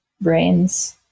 Brains